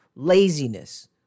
Laziness